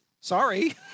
Sorry